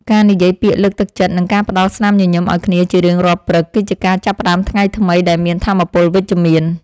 ការនិយាយពាក្យលើកទឹកចិត្តនិងការផ្ដល់ស្នាមញញឹមឱ្យគ្នាជារៀងរាល់ព្រឹក គឺជាការចាប់ផ្ដើមថ្ងៃថ្មីដែលមានថាមពលវិជ្ជមាន។